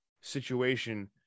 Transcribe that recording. situation